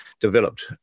developed